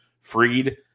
Freed